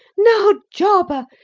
now, jarber,